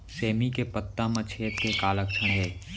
सेमी के पत्ता म छेद के का लक्षण हे?